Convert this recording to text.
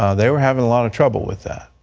ah they were having a lot of trouble with that.